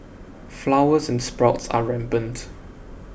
flowers and sprouts are rampant